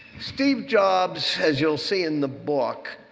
steve jobs, as you'll see in the book,